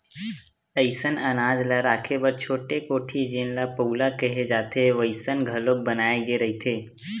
असइन अनाज ल राखे बर छोटे कोठी जेन ल पउला केहे जाथे वइसन घलोक बनाए गे रहिथे